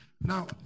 Now